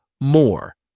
MORE